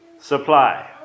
supply